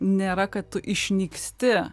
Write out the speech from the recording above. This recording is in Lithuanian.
nėra kad tu išnyksti